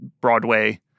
Broadway